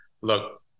look